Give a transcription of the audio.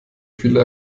viele